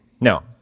No